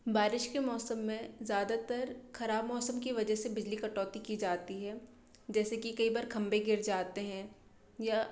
बारिश के मौसम में ज़्यादातर खराब मौसम की वजह से बिजली कटौती की जाती है जैसे कि कई बार खंभे गिर जाते हैं या